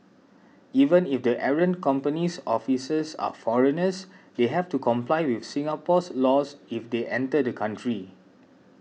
even if the errant company's officers are foreigners they have to comply with Singapore's laws if they enter the country